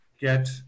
get